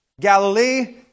Galilee